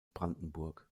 brandenburg